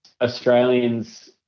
Australians